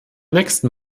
nächsten